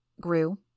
Grew